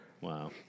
Wow